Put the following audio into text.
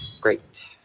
Great